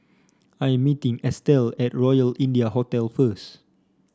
I'm meeting Estell at Royal India Hotel first